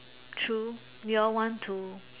true you all want to